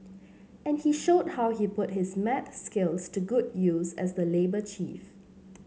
and he showed how he put his maths skills to good use as the labour chief